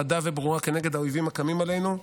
חדה וברור נגד האויבים הקמים עלינו.